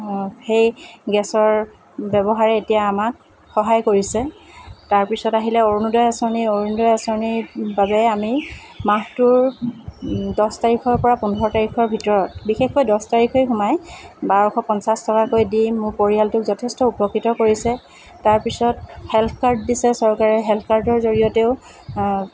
সেই গেছৰ ব্যৱহাৰে এতিয়া আমাক সহায় কৰিছে তাৰপিছত আহিলে অৰুণোদয় আঁচনি অৰুণোদয় আঁচনিৰ বাবে আমি মাহটোৰ দহ তাৰিখৰ পৰা পোন্ধৰ তাৰিখৰ ভিতৰত বিশেষকৈ দহ তাৰিখেই সোমাই বাৰশ পঞ্চাছ টকাকৈ দি মোৰ পৰিয়ালটোক যথেষ্ট উপকৃত কৰিছে তাৰপিছত হেল্থ কাৰ্ড দিছে চৰকাৰে হেল্থ কাৰ্ডৰ জৰিয়তেও